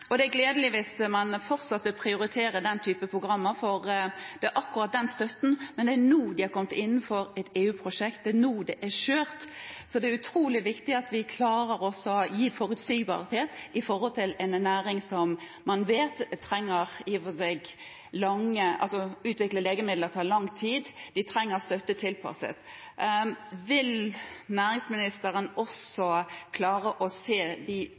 Det er gledelig hvis man fortsetter å prioritere den type programmer for akkurat den støtten, men det er nå det er kommet innenfor et EU-prosjekt, det er nå det er kjørt, så det er utrolig viktig at vi klarer å gi forutsigbarhet for denne næringen. Å utvikle legemidler tar lang tid, og man trenger tilpasset støtte. Vil næringsministeren også klare å se de